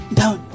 down